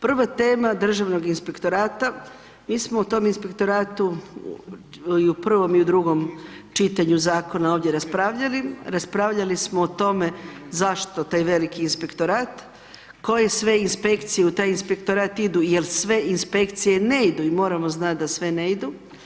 Prva tema Državnog inspektorata, mi smo u tom inspektoratu i u prvom i u drugom čitanju zakona ovdje raspravljali, raspravljali smo o tome zašto taj veliki inspektorat, koje sve inspekcije u taj inspektorat idu, jer sve inspekcije ne idu i moramo znat da sve ne idu.